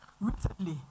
Recently